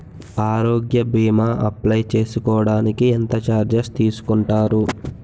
ఆరోగ్య భీమా అప్లయ్ చేసుకోడానికి ఎంత చార్జెస్ తీసుకుంటారు?